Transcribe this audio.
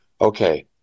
okay